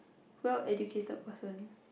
well educated person